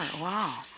Wow